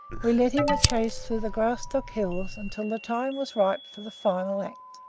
we led him a chase through the graustark hills until the time was ripe for the final act.